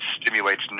stimulates